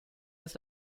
ist